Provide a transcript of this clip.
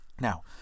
Now